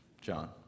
John